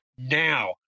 Now